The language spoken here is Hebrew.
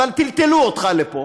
אבל טלטלו אותך לפה,